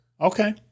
Okay